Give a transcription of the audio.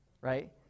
right